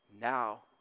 now